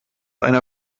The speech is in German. einer